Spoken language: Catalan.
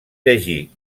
llegir